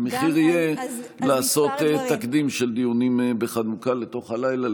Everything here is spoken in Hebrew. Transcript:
המחיר יהיה לעשות תקדים של דיונים בחנוכה לתוך הלילה.